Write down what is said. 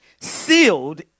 sealed